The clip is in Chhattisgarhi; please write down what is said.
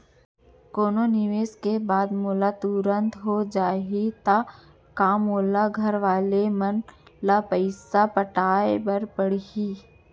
कोनो निवेश के बाद मोला तुरंत हो जाही ता का मोर घरवाले मन ला पइसा पटाय पड़ही का?